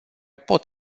pot